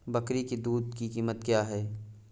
बकरी की दूध की कीमत क्या है?